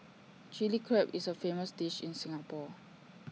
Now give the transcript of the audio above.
Chilli Crab is A famous dish in Singapore